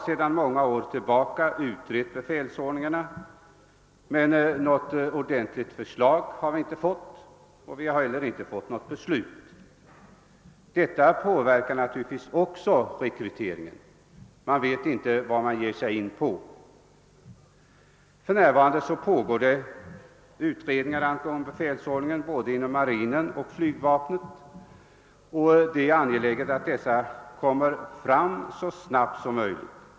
Sedan många år tillbaka utreds befälsordningen men det har inte framlagts något ordentligt förslag, och inte heller har det fattats något beslut. Detta påverkar naturligtvis också rekryteringen, eftersom vederbörande inte vet vad de ger sig in på. För närvarande pågår utredningar angående befälsordningen både inom marinen och flygvapnet, och det är angeläget att dessa utredningar blir klara så snart som möjligt.